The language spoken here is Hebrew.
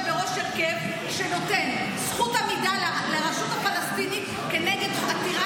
בראש הרכב שנותן זכות עמידה לרשות הפלסטינית כנגד עתירה